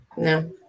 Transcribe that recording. No